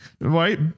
right